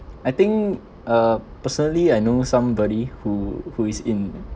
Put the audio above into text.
I think uh personally I know somebody who who is in